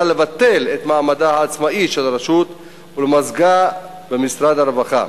לבטל את מעמדה העצמאי של הרשות ולמזגה במשרד הרווחה.